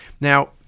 Now